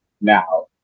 now